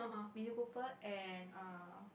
mini copper and err